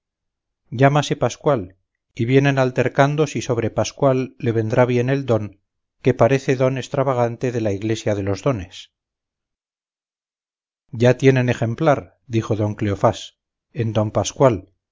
llámase pascual y vienen altercando si sobre pascual le vendrá bien el don que parece don estravagante de la iglesia de los dones ya tienen ejemplar dijo don cleofás en don pascual